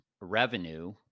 revenue